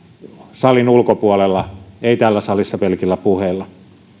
salin ulkopuolella ei täällä salissa pelkillä puheilla